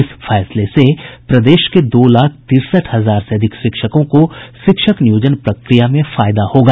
इस फैसले से प्रदेश के दो लाख तिरसठ हजार से अधिक शिक्षकों को शिक्षक नियोजन प्रक्रिया में फायदा होगा